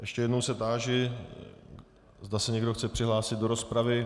Ještě jednou se táži, zda se někdo chce přihlásit do rozpravy.